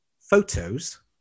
photos